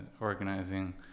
organizing